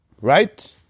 Right